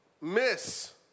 miss